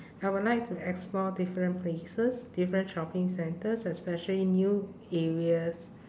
I would like to explore different places different shopping centres especially new areas